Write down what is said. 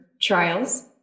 trials